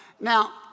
Now